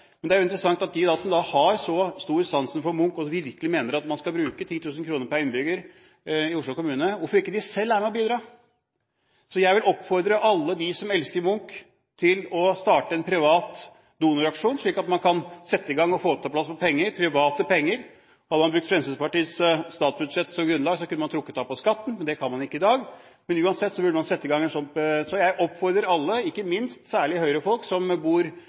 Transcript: Men følgende er interessant: De som har så stor sans for Munch, som virkelig mener at man skal bruke 10 000 kr per innbygger i Oslo kommune – hvorfor vil de ikke selv være med og bidra. Jeg vil oppfordre alle dem som elsker Munch, til å starte en privat donoraksjon, slik at man kan sette i gang og få på plass noen penger, private penger. Hadde man brukt Fremskrittspartiets statsbudsjett som grunnlag, kunne man trukket det av på skatten, men det kan man ikke i dag. Uansett oppfordrer jeg alle – ikke minst Høyre-folk, som bor